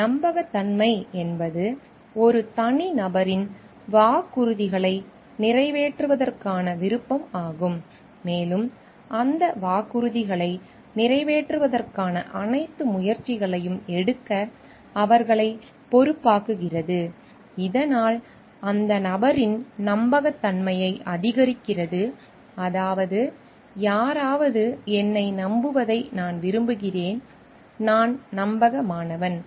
எனவே நம்பகத்தன்மை என்பது ஒரு தனிநபரின் வாக்குறுதிகளை நிறைவேற்றுவதற்கான விருப்பமாகும் மேலும் அந்த வாக்குறுதிகளை நிறைவேற்றுவதற்கான அனைத்து முயற்சிகளையும் எடுக்க அவர்களைப் பொறுப்பாக்குகிறது இதனால் அந்த நபரின் நம்பகத்தன்மையை அதிகரிக்கிறது அதாவது யாராவது என்னை நம்புவதை நான் விரும்புகிறேன் நான் நம்பகமானவன்